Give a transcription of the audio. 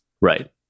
Right